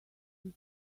this